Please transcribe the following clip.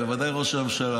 ובוודאי ראש הממשלה,